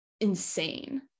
insane